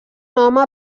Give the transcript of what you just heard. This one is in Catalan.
home